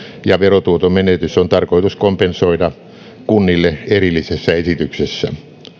ja verotuoton menetys on tarkoitus kompensoida kunnille erillisessä esityksessä